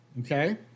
Okay